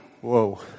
Whoa